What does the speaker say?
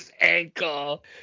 ankle